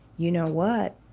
you know what,